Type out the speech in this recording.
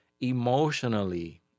emotionally